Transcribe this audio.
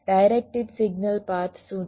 directed signal path શું છે